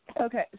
Okay